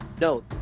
No